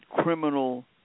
criminal